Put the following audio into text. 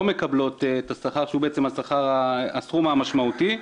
מקבלות את הסכום שהוא הסכום המשמעותי.